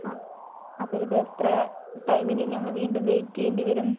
ആ അപ്പോൾ എത്ര ടൈമിനിയും ഞങ്ങൾ വീണ്ടും വെയിറ്റ് ചെയ്യേണ്ടി വരും